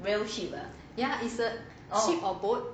ya it's a ship or boat